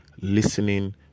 listening